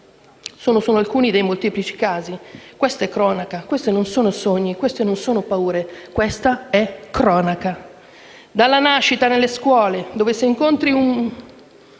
solo alcuni dei molteplici casi. Questa è cronaca; non sono sogni, non sono paure. Questa è cronaca. Dalla nascita, nelle scuole, dove se incontri un